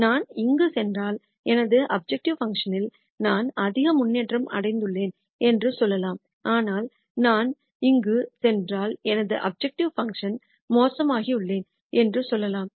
நான் இங்கு சென்றால் எனது அப்ஜெக்டிவ் பங்க்ஷன் ல் நான் அதிக முன்னேற்றம் அடைந்துள்ளேன் என்று சொல்லலாம் ஆனால் நான் இங்கு சென்றால் எனது அப்ஜெக்டிவ் பங்க்ஷன் மோசமாக்கியுள்ளேன் என்று சொல்லலாம்